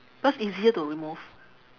because easier to remove